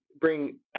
bring